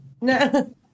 no